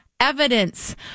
Evidence